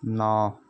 ନଅ